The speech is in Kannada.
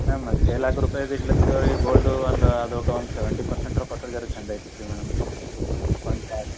ಮ್ಯಾಮ್ ಮತ್ತು ಛೆ ಲಾಕ್ ರುಪಾಯ್ದು ಇಡ್ಲತ್ತಿದಿವಿ ರಿ ಗೋಲ್ಡು ಒಂದು ಅದುಕ್ಕೆ ಒಂದು ಸವೆಂಟಿ ಪರ್ಸೆಂಟರೂ ಕೊಟ್ಟರೆ ಜರಾ ಚಂದ ಇರ್ತಿತ್ತು ರೀ ಮೇಡಮ್